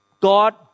God